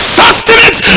sustenance